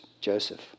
Joseph